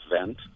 event